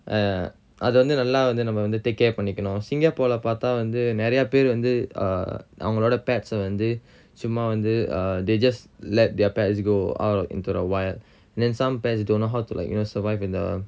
uh அது வந்து நல்லா வந்து நம்ம வந்து:athu vanthu nalla vanthu namma vanthu take care பண்ணிக்கணும்:pannikkanum singapore lah பாத்தா வந்து நெறயப்பேர் வந்து:patha vanthu nerayapper vanthu err அவங்களோட:avangaloda pets ah வந்து சும்மா வந்து:vanthu summa vanthu uh they just let their pets go out into the wild then some pets don't know how to like you know survive in the